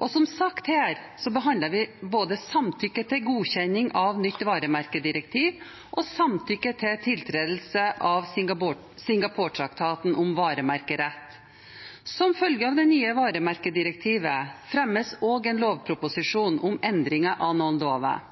Og som sagt der, behandler vi både samtykke til godkjenning av nytt varemerkedirektiv og samtykke til tiltredelse av Singaporetraktaten om varemerkerett. Som følge av det nye varemerkedirektivet fremmes også en lovproposisjon om endring av noen lover.